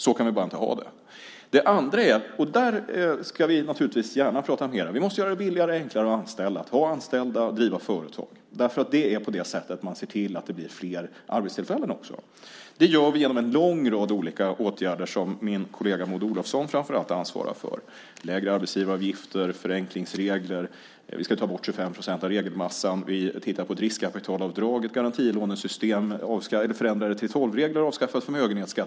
Så kan vi bara inte ha det. För det andra måste vi göra det billigare och enklare att anställa, att ha anställda och att driva företag. Det är så man ser till att det blir fler arbetstillfällen. Det gör vi genom en lång rad olika åtgärder som framför allt min kollega Maud Olofsson ansvarar för. Det är lägre arbetsgivaravgifter och förenklingsregler. Vi ska ta bort 25 procent av regelmassan. Vi tittar på ett riskkapitalavdrag, ett garantilånesystem, förändrade 3:12-regler och avskaffad förmögenhetsskatt.